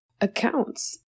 accounts